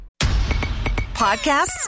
Podcasts